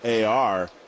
AR